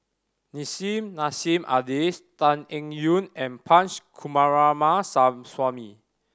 Nissim Nassim Adis Tan Eng Yoon and Punch